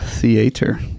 Theater